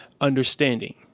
understanding